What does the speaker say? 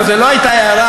זו לא הייתה הערה